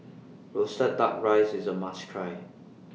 Roasted Duck Rice IS A must Try